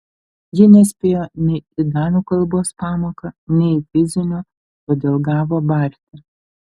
ji nespėjo nei į danų kalbos pamoką nei į fizinio todėl gavo barti